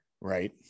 Right